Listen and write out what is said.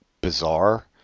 bizarre